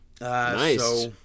nice